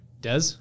Des